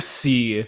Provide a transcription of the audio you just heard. see